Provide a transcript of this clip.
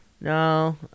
No